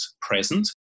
present